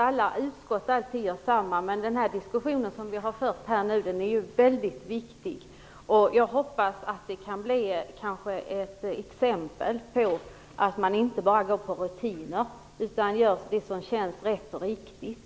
Alla utskott gör alltid på samma sätt, men den diskussion som vi har fört nu är viktig. Jag hoppas att det kan bli ett exempel, så att man inte bara går på rutin utan gör sådant som känns rätt och riktigt.